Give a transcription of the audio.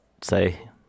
say